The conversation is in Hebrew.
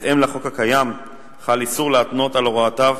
בהתאם לחוק הקיים, חל איסור להתנות על הוראותיו